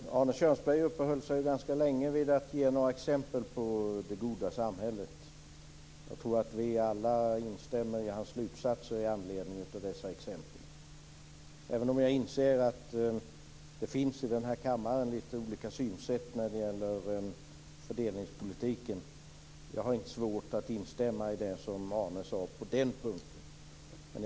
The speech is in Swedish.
Fru talman! Arne Kjörnsberg uppehöll sig länge vid några exempel på det goda samhället. Jag tror att vi alla instämmer i hans slutsatser i anledning av exemplen. Jag inser att det här i kammaren finns olika synsätt på fördelningspolitiken. Men jag har inte svårt att instämma i det som Arne Kjörnsberg sade på den punkten.